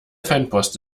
fanpost